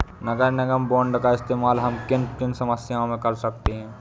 नगर निगम बॉन्ड का इस्तेमाल हम किन किन समस्याओं में कर सकते हैं?